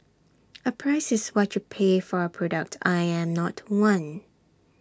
A 'price' is what you pay for A product I am not one